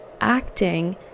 acting